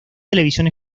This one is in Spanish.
televisión